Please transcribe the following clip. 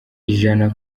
ijana